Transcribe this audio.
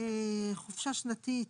חופשה שנתית,